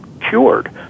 cured